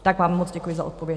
Tak vám moc děkuji za odpověď.